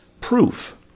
proof